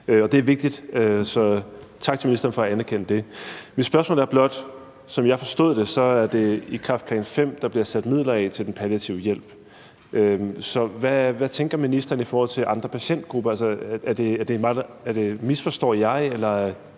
Og det er vigtigt, så tak til ministeren for at anerkende det. Som jeg forstod det, er det i kræftplan V, at der bliver sat midler af til den palliative hjælp, så mit spørgsmål er blot: Hvad tænker ministeren i forhold til andre patientgrupper? Altså, misforstår jeg